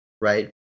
right